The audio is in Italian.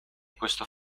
questo